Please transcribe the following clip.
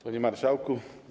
Panie Marszałku!